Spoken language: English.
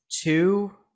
Two